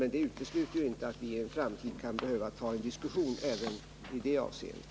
Men det utesluter inte att vi i en framtid kan behöva ta en diskussion även i det avseendet.